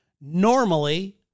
Normally